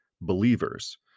believers